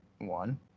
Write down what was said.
One